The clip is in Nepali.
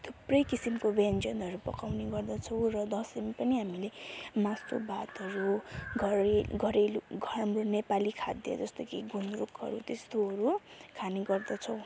थुप्रै किसिमको व्यञ्जनहरू पकाउने गर्दछौँ र दसैँमा पनि हामीले मासु भातहरू घरे घरेलू घरमा नेपाली खाद्य जस्तो कि गुन्द्रुकहरू त्यस्तोहरू खाने गर्दछौँ